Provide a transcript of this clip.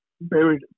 buried